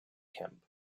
camp